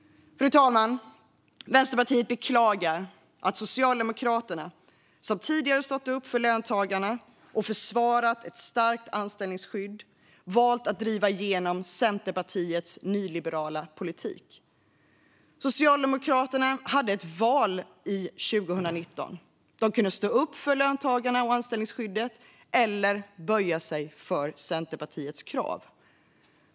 Fru talman! Vänsterpartiet beklagar att Socialdemokraterna, som tidigare stått upp för löntagarna och försvarat ett starkt anställningsskydd, har valt att driva igenom Centerpartiets nyliberala politik. Socialdemokraterna hade ett val 2019: De kunde stå upp for löntagarna och anställningsskyddet eller böja sig för Centerpartiets krav.